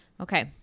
Okay